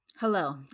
hello